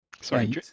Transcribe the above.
Sorry